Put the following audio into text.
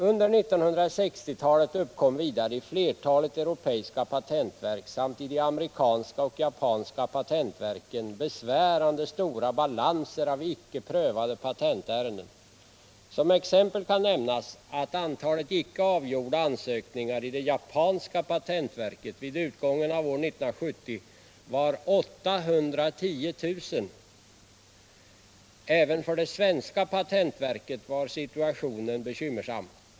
Under 1960-talet uppkom vidare i Aertalet curopeiska patentverk samt i de amerikanska och japanska patentverken besvärande stora balanser av icke prövade patentärenden. Som exempel kan nämnas att antalet icke avgjorda ansökningar i det japanska patentverket vid utgången av år 1970 var 810 000. Även för det svenska patentverket var situationen bekymmersam.